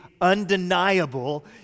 undeniable